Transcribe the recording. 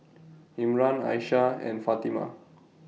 Imran Aisyah and Fatimah